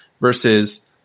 versus